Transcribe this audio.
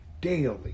daily